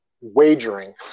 wagering